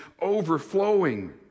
overflowing